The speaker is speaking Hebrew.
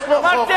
יש פה חוק,